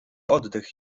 oddech